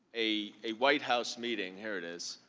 a white house meeting. here it is.